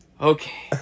Okay